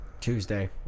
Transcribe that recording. Tuesday